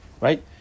right